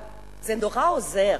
אבל זה נורא עוזר,